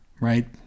right